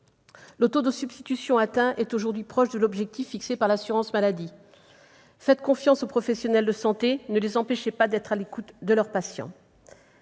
Le taux de substitution atteint est aujourd'hui proche de l'objectif fixé par l'assurance maladie. Faites confiance aux professionnels de santé, ne les empêchez pas d'être à l'écoute de leurs patients